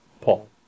Paul